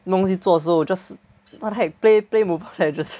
没有东西做的时候 just what the heck play play Mobile Legends